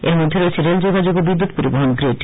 এর মধ্যে রয়েছে রেল যোগাযোগ ও বিদ্যুৎ পরিবহন গ্রিড